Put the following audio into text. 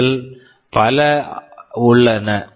இதில் பல உள்ளன